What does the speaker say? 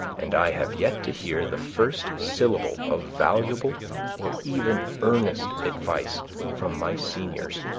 and i have yet to hear the first syllable of valuable or even earnest advice from my seniors.